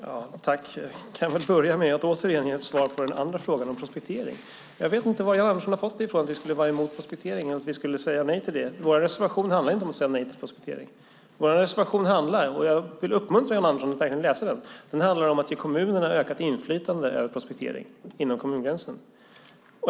Fru talman! Jag kan väl börja med att återigen ge ett svar på frågan om prospektering. Jag vet inte varifrån Jan Andersson har fått att vi skulle vara emot prospektering. Vår reservation handlar inte om att säga nej till prospektering. Den handlar om - jag vill uppmana Jan Andersson att verkligen läsa den - att ge kommunerna ökat inflytande över prospektering inom kommungränsen.